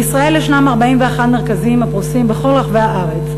בישראל יש 41 מרכזים הפרוסים בכל רחבי הארץ.